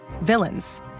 villains